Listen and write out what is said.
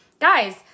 guys